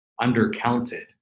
undercounted